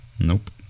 Nope